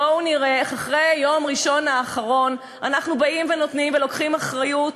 בואו נראה איך אחרי יום ראשון האחרון אנחנו באים ולוקחים אחריות